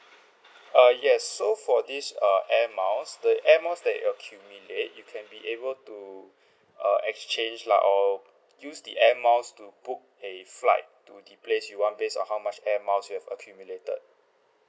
uh yes so for this uh Air Miles the Air Miles that you accumulate you can be able to uh exchange lah or use the Air Miles to book a flight to the place you want based on how much Air Miles you have accumulated